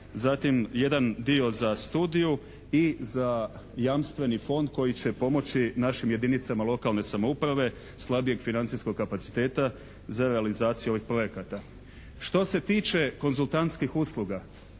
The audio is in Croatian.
zatim jedan dio za studiju i za jamstveni fond koji će pomoći našim jedinicama lokalne samouprave slabijeg financijskog kapaciteta za realizaciju ovih projekata. Što se tiče konzultantskih usluga